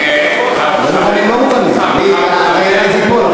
זאת לא הצעה לסדר-היום.